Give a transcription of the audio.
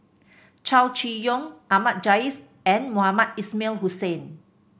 Chow Chee Yong Ahmad Jais and Mohamed Ismail Hussain